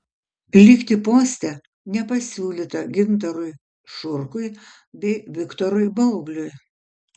likti poste nepasiūlyta gintarui šurkui bei viktorui baubliui